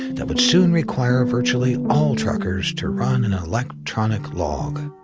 that would soon require virtually all truckers to run and an electronic log.